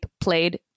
played